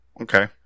Okay